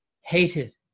hated